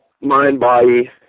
mind-body